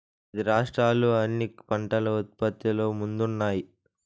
పది రాష్ట్రాలు అన్ని పంటల ఉత్పత్తిలో ముందున్నాయి